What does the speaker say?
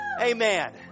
Amen